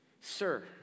sir